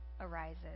arises